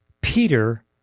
Peter